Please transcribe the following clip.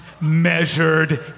measured